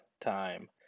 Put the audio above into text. time